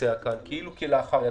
שמתבצע כאן הוא כאילו לאחר יד.